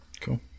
Cool